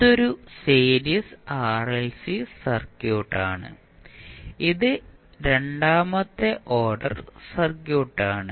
ഇതൊരു series RLC സർക്യൂട്ടാണ് ഇത് രണ്ടാമത്തെ ഓർഡർ സർക്യൂട്ടാണ്